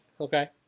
Okay